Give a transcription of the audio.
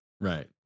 Right